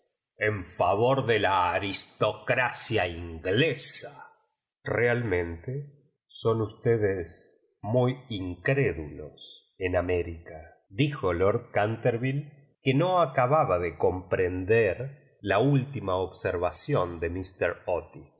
en favor de la aristocracia inglesa realmente son ustedes muy incrédulos en américadijo lord canterville que no acababa de comprender la última observa ción de míster otis